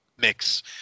mix